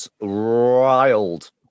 riled